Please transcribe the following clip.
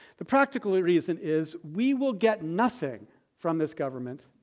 the practical reason is we will get nothing from this government,